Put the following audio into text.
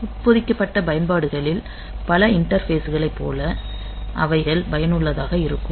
உட்பொதிக்கப்பட்ட பயன்பாடுகளில் பல இண்டர்பேஸ் களைப் போல அவைகள் பயனுள்ளதாக இருக்கும்